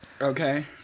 Okay